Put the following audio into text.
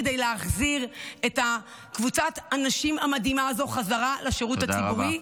כדי להחזיר את קבוצת הנשים המדהימה הזו חזרה לשירות הציבורי,